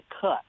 cut